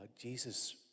Jesus